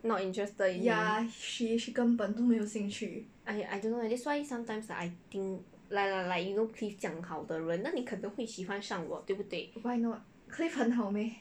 not interested in him I I don't know leh that's why sometimes I think like like like you know cliff 这样好的人哪里可能会喜欢上我对不对